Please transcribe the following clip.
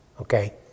Okay